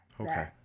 Okay